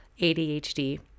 ADHD